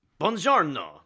Buongiorno